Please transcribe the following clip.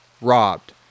robbed